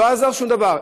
לא עזר שום דבר.